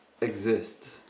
exist